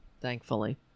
thankfully